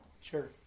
Sure